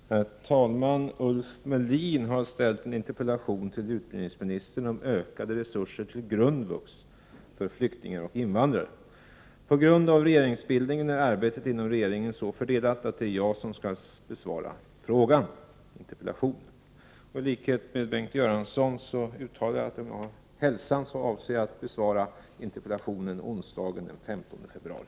Herr talman! Ulf Melin har riktat en interpellation till utbildningsministern om ökade resurser till grundvux för flyktingar och invandrare. På grund av regeringsombildningen är arbetet i regeringen så fördelat att det är jag som skall besvara interpellationen. I likhet med Bengt Göransson vill jag uttala att jag, om jag har hälsan, avser att besvara interpellationen onsdagen den 15 februari.